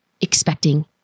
expecting